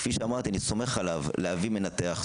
וכפי שאמרתי שאני סומך עליו להביא מנתח,